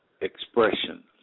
expression